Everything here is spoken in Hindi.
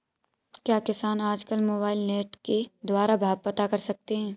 क्या किसान आज कल मोबाइल नेट के द्वारा भाव पता कर सकते हैं?